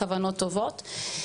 ועובדתית התקציב גדל לאורך השנים.